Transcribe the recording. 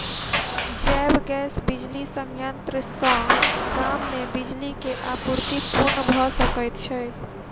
जैव गैस बिजली संयंत्र सॅ गाम मे बिजली के आपूर्ति पूर्ण भ सकैत छै